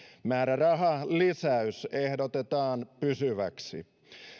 määrärahalisäys ehdotetaan tehtäväksi pysyväksi